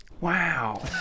wow